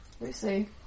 Lucy